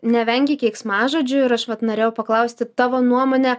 nevengi keiksmažodžių ir aš vat norėjau paklausti tavo nuomonę